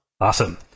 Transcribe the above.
Awesome